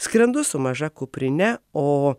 skrendu su maža kuprine o